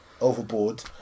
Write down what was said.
overboard